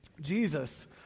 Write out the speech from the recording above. Jesus